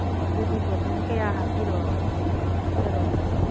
ꯑꯣ ꯑꯗꯨꯗꯤ ꯕꯣꯇꯟ ꯀꯌꯥ ꯍꯥꯞꯆꯔꯛꯑꯣꯒꯦ